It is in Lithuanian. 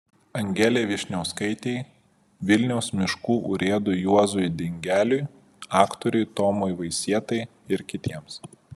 angelei vyšniauskaitei vilniaus miškų urėdui juozui dingeliui aktoriui tomui vaisietai ir kitiems